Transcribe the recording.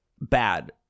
bad